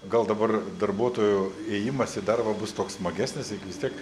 gal dabar darbuotojų ėjimas į darbą bus toks smagesnis juk vis tiek